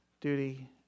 duty